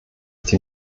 die